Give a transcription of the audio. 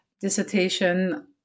dissertation